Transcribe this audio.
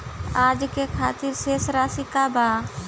आज के खातिर शेष राशि का बा?